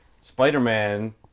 Spider-Man